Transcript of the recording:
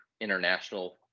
international